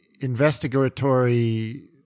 investigatory